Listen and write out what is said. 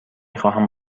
خواهم